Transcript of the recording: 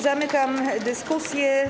Zamykam dyskusję.